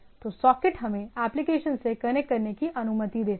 तो सॉकेट हमें एप्लीकेशंस से कनेक्ट करने की अनुमति देता है